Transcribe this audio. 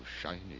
shiny